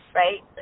right